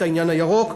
את העניין הירוק,